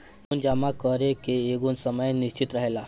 इ लोन जमा करे के एगो समय निश्चित रहेला